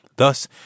Thus